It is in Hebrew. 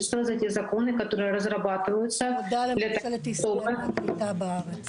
תודה לממשלת ישראל על הקליטה בארץ,